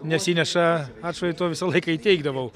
nesineša atšvaito visą laiką įteikdavau